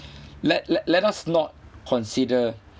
let let let us not consider